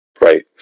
right